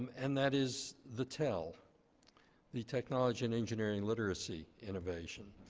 and that is the tel the technology and engineering literacy innovation.